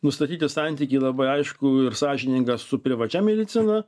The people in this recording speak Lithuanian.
nustatyti santykį labai aiškų ir sąžiningą su privačia medicina